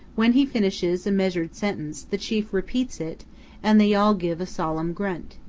when he finishes a measured sentence the chief repeats it and they all give a solemn grunt.